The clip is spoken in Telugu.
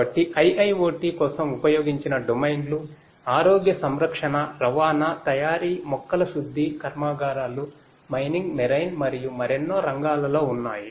కాబట్టి IIoT కోసం ఉపయోగించిన డొమైన్లు ఆరోగ్య సంరక్షణ రవాణా తయారీ మొక్కల శుద్ధి కర్మాగారాలు మైనింగ్ మెరైన్ మరియు మరెన్నో రంగాలలో ఉన్నాయి